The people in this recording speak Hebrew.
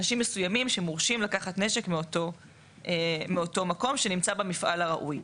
אנשים מסוימים שמורשים לקחת נשק מאותו מקום שנמצא במפעל הראוי.